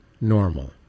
Normal